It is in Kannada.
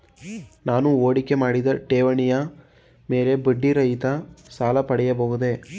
ನಾನು ಹೂಡಿಕೆ ಮಾಡಿದ ಠೇವಣಿಯ ಮೇಲೆ ಬಡ್ಡಿ ರಹಿತ ಸಾಲ ಪಡೆಯಬಹುದೇ?